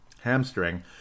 hamstring